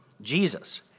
Jesus